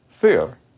fear